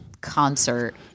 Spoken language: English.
concert